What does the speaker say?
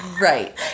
Right